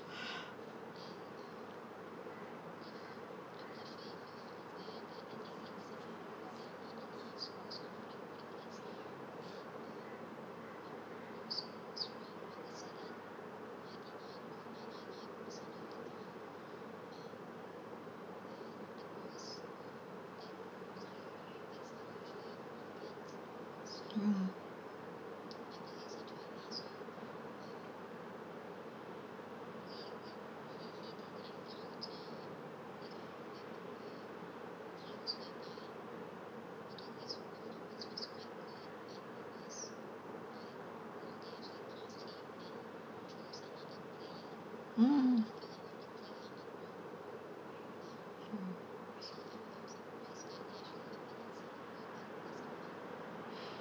oo mm